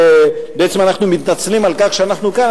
שבעצם אנחנו מתנצלים על כך שאנחנו כאן,